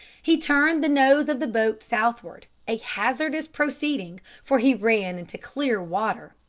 he turned the nose of the boat southward, a hazardous proceeding, for he ran into clear water,